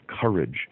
courage